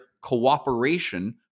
cooperation